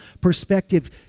perspective